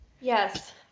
yes